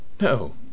No